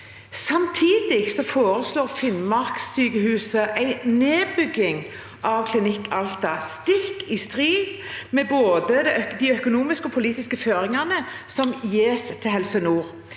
Samtidig foreslår Finnmarkssykehuset en nedbygging av Klinikk Alta, stikk i strid med både de økonomiske og politiske føringene som gis Helse Nord.